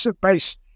base